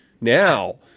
Now